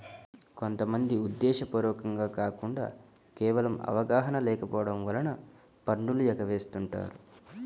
కొంత మంది ఉద్దేశ్యపూర్వకంగా కాకుండా కేవలం అవగాహన లేకపోవడం వలన పన్నులను ఎగవేస్తుంటారు